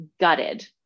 gutted